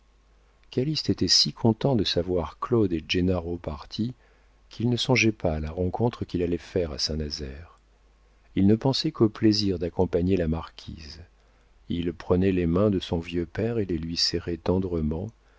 calyste était si content de savoir claude et gennaro partis qu'il ne songeait pas à la rencontre qu'il allait faire à saint-nazaire il ne pensait qu'au plaisir d'accompagner la marquise il prenait les mains de son vieux père et les lui serrait tendrement